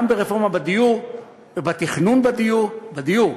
גם ברפורמה בדיור ובתכנון הדיור, בדיור,